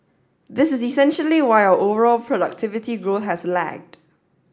this is essentially why our overall productivity grow has lagged